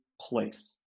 place